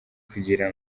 kugira